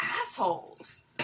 assholes